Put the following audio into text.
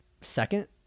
second